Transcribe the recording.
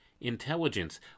intelligence